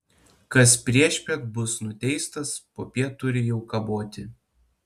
kas priešpiet bus nuteistas popiet turi jau kaboti